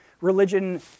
religion